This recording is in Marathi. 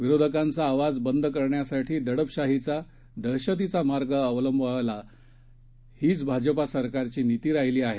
विरोधकांचा आवाज बंद करण्यासाठी दडपशाहीचा दहशतीचा मार्ग अवलंबायचा हीच भाजपा सरकारची नीती राहिली आहे